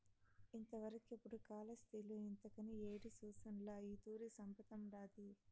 ఇంతవరకెపుడూ కాలాస్త్రిలో ఇంతకని యేడి సూసుండ్ల ఈ తూరి సంపతండాది